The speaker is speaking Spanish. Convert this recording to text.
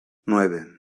nueve